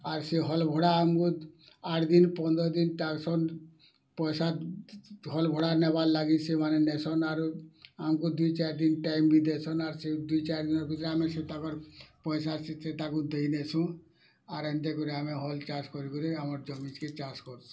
ଆର୍ ସେ ହଲ୍ ଭଡ଼ା ଆମକୁ ଆଠ ଦିନ୍ ପନ୍ଦର୍ ଦିନ୍ ଟାର୍ ସନ୍ ପଇସା ହଲ୍ ଭଡ଼ା ନେବାର୍ ଲାଗି ସେମାନେ ନେସନାରୁ ଆମକୁ ଦୁଇ ଚାରି ଦିନ୍ ଟାଇମ୍ ବି ଦେସନ୍ ଆର୍ ଦୁଇ ଚାରି ଦିନ୍ ଭିତରେ ଆମେ ସେ ତା ଘର ପଇସା ସେ ତାକୁ ଦେଇ ଦେସୁଁ ଆର୍ ଏନ୍ତା କରି ଆମେ ହଲ୍ ଚାଷ୍ କରି କରି ଆମର୍ ଜମି କେ ଚାଷ୍ କରୁସୁଁ